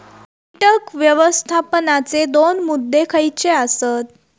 कीटक व्यवस्थापनाचे दोन मुद्दे खयचे आसत?